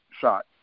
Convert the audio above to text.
shot